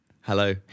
Hello